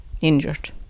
injured